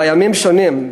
בימים שונים,